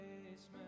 Christmas